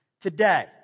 Today